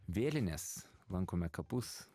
vėlines lankome kapus